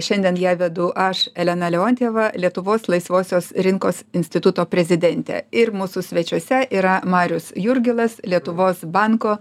šiandien ją vedu aš elena leontjeva lietuvos laisvosios rinkos instituto prezidentė ir mūsų svečiuose yra marius jurgilas lietuvos banko